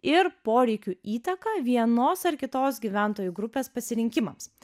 ir poreikių įtaką vienos ar kitos gyventojų grupės pasirinkimams